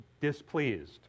displeased